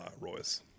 Royce